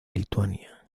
lituania